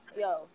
yo